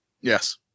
Yes